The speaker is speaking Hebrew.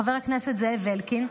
חבר הכנסת זאב אלקין,